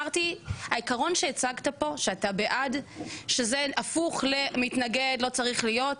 העיקרון שהצגת פה שאתה בעד שזה הפוך ממתנגד לא צריך להיות,